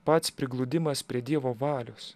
pats prigludimas prie dievo valios